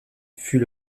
fut